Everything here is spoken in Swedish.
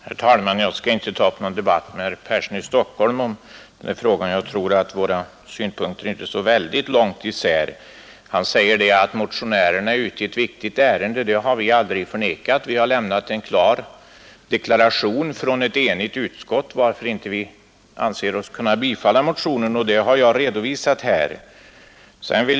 Herr talman! Jag skall inte ta upp någon debatt med herr Persson i Stockholm om den här frågan — jag tror inte att våra synpunkter går så väldigt mycket isär. Herr Persson säger att motionärerna är ute i ett viktigt ärende. Det har vi aldrig förnekat. Vi har lämnat en klar deklaration från ett enigt utskott om varför vi inte anser oss kunna biträda motionen, och det har jag redovisat.